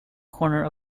corner